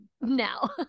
now